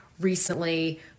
recently